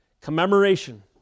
commemoration